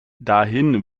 dahin